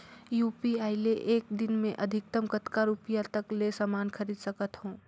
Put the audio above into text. UPI ले एक दिन म अधिकतम कतका रुपिया तक ले समान खरीद सकत हवं?